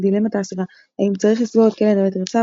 דילמת האסירה - האם צריך לסגור את כלא נווה תרצה?,